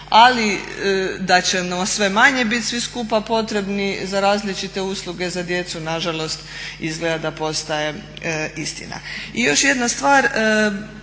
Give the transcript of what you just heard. ali da ćemo sve manje biti svi skupa potrebni za različite usluge za djecu, nažalost izgleda da postaje istina. I još jedna stvar,